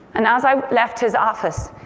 and as i left his office,